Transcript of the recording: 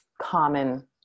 common